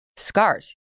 scars